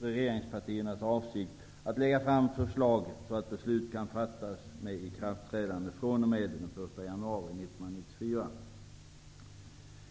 regeringspartiernas avsikt att lägga fram förslag, så att beslut kan fattas med ikraftträdande den 1 januari 1994.